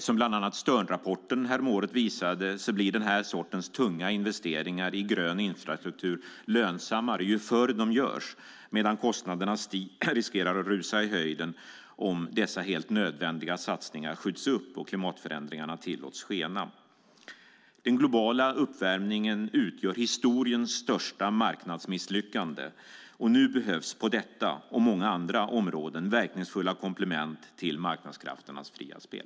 Som bland annat Sternrapporten häromåret visade blir den här sortens tunga investeringar i grön infrastruktur lönsammare ju förr de görs, medan kostnaderna riskerar att rusa i höjden om dessa helt nödvändiga satsningar skjuts upp och klimatförändringarna tillåts skena. Den globala uppvärmningen utgör historiens största marknadsmisslyckande och nu behövs på detta - och många andra - områden verkningsfulla komplement till marknadskrafternas fria spel.